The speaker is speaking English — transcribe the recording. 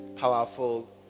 powerful